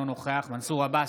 אינו נוכח מנסור עבאס,